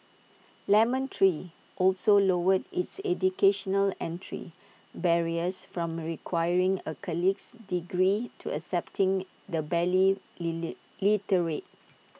lemon tree also lowered its educational entry barriers from requiring A colleges degree to accepting the barely lily literate